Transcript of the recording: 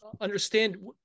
understand